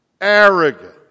arrogant